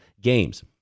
games